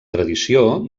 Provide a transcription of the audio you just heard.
tradició